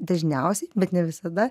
dažniausiai bet ne visada